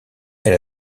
elle